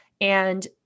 And-